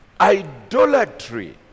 idolatry